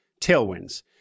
tailwinds